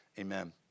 amen